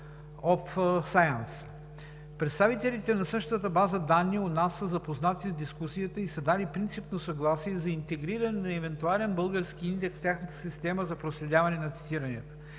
Представителите на същата база данни у нас са запознати с дискусията и са дали принципно съгласие за интегриране на евентуален български индекс в тяхната система за проследяване на цитиранията.